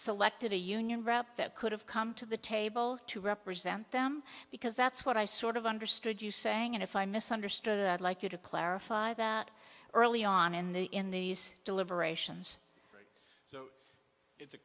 selected a union rep that could have come to the table to represent them because that's what i sort of understood you saying and if i misunderstood i'd like you to clarify that early on in the in these deliberations so it's